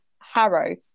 Harrow